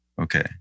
Okay